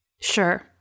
Sure